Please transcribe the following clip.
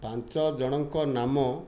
ପାଞ୍ଚ ଜଣଙ୍କ ନାମ